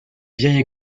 vieille